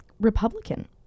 republican